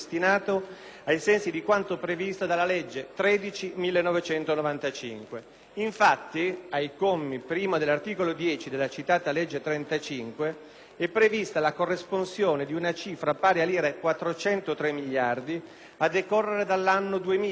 Infatti, al comma 1 dell'articolo 10 della citata legge n. 35 del 1995, è prevista la corresponsione di una cifra pari a 403 miliardi di lire a decorrere dall'anno 2000, finalizzata a garantire la copertura finanziaria degli articoli 2 e 3 della suddetta legge.